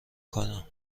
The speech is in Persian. کنم